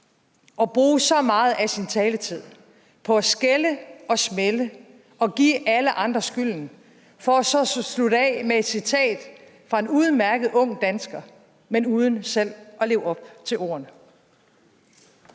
at bruge så meget af sin taletid på at skælde og smælde og give alle andre skylden for så at slutte af med et citat fra en udmærket ung dansker, men uden selv at leve op til ordene.